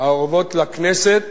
האורבות לכנסת